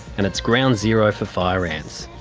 and it's ground zero for fire ants.